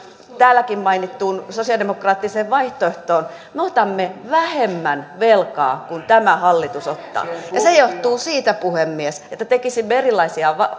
täälläkin mainittuun sosialidemokraattiseen vaihtoehtoon me otamme vähemmän velkaa kuin tämä hallitus ottaa ja se johtuu siitä puhemies että tekisimme erilaisia